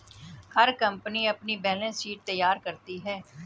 हर company अपनी balance sheet तैयार करती है